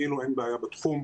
כאילו אין בעיה בתחום.